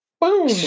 boom